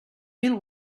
mil